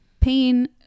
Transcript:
pain